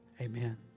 Amen